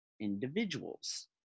individuals